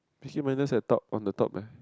Peaky-Blinders I thought on the top leh